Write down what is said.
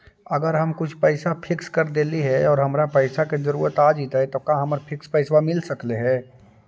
अगर हम कुछ पैसा फिक्स कर देली हे और हमरा पैसा के जरुरत आ जितै त का हमरा फिक्स पैसबा मिल सकले हे?